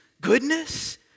goodness